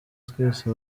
twese